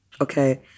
Okay